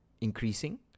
increasing